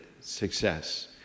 success